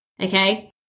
Okay